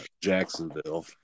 Jacksonville